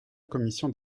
commission